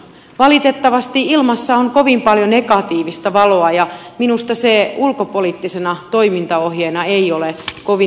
valitettavasti ilmassa on kovin paljon negatiivista valoa ja minusta se ulkopoliittisena toimintaohjeena ei ole kovin hyvä linja